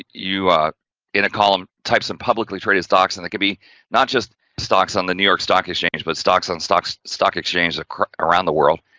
you are in a column, type some publicly traded stocks and it could be not just stocks on the new york stock exchange but stocks on, stocks, stock exchange occur around the world,